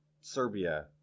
Serbia